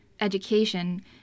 education